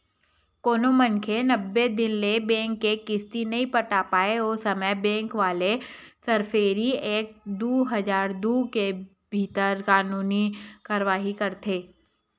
कोनो मनखे नब्बे दिन ले बेंक के किस्ती नइ पटा पाय ओ समे बेंक वाले सरफेसी एक्ट दू हजार दू के भीतर कानूनी कारवाही करथे